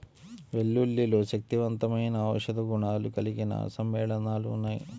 వెల్లుల్లిలో శక్తివంతమైన ఔషధ గుణాలు కలిగిన సమ్మేళనాలు ఉన్నాయి